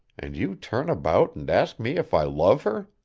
and you turn about and ask me if i love her.